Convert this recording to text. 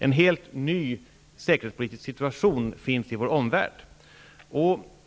En helt ny säkerhetspolitisk situation finns i vår omvärld.